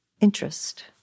interest